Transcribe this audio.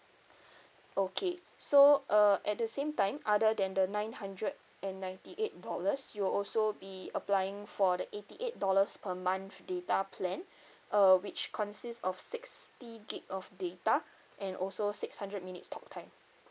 okay so uh at the same time other than the nine hundred and ninety eight dollars you'll also be applying for the eighty eight dollars per month data plan uh which consists of sixty gig of data and also six hundred minutes talk time